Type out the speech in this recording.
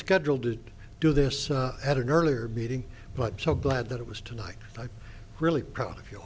scheduled to do this at an earlier meeting but so glad that it was tonight i really proud of you